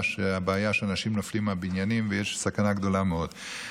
הבעיה שאנשים נופלים מהבניינים ויש סכנה גדולה מאוד.